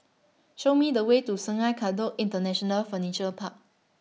Show Me The Way to Sungei Kadut International Furniture Park